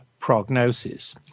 prognosis